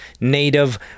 native